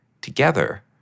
together